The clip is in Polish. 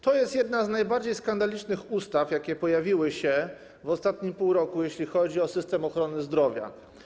To jest jedna z najbardziej skandalicznych ustaw, jakie pojawiły się w ciągu ostatniego pół roku, jeśli chodzi o system ochrony zdrowia.